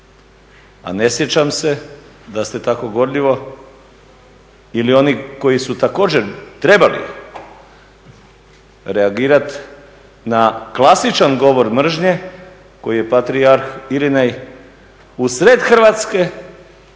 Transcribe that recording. a ne sjećam se da ste tako gorljivo ili oni koji su također trebali reagirati na klasičan govor mržnje koji je patrijarh … usred Hrvatske